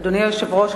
אדוני היושב-ראש,